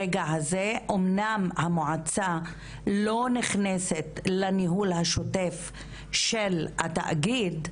אמנם המועצה לא נכנסת לניהול השוטף של התאגיד,